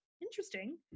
Interesting